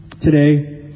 today